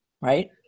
right